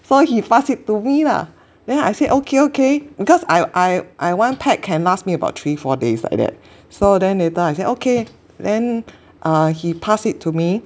so he pass it to me lah then I said okay okay because I I I one pack can last me about three four days like that so then later I said okay then he pass it to me